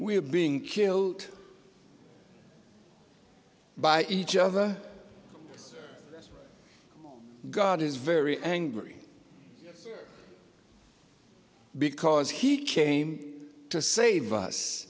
we are being killed by each other god is very angry because he came to save us